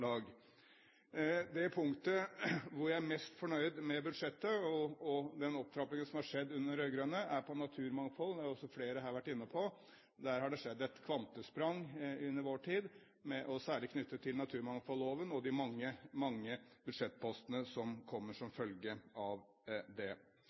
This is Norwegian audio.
Det punktet der jeg er mest fornøyd med budsjettet og den opptrappingen som er skjedd under de rød-grønne, er på naturmangfold. Det har også flere her vært inne på. Der har det skjedd et kvantesprang under vår tid, særlig knyttet til naturmangfoldloven og de mange, mange budsjettpostene som kommer som